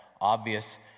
obvious